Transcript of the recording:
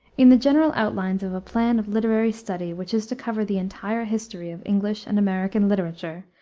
in the general outlines of a plan of literary study which is to cover the entire history of english and american literature,